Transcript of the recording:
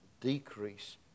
decrease